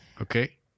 Okay